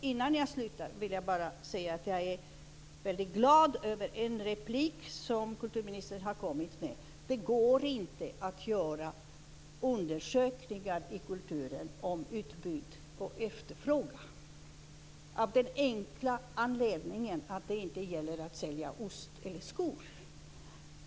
Innan jag slutar vill jag bara säga att jag är glad över en sak som kulturministern har sagt: Det går inte att göra undersökningar om utbud och efterfrågan i kulturen av den enkla anledningen att det inte gäller att sälja ost eller skor.